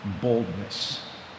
boldness